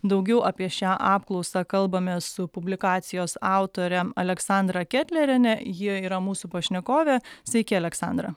daugiau apie šią apklausą kalbamės su publikacijos autore aleksandra ketleriene ji yra mūsų pašnekovė sveiki aleksandra